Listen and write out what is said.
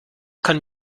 kann